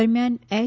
દરમિયાન એચ